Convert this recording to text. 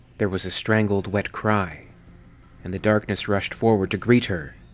there was a strangled, wet cry and the darkness rushed forward to greet her,